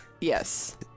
Yes